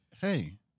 Hey